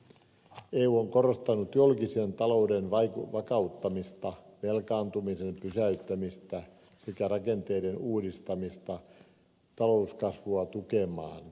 eu on korostanut julkisen talouden vakauttamista velkaantumisen pysäyttämistä sekä rakenteiden uudistamista talouskasvua tukemaan